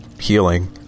healing